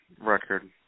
record